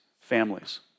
families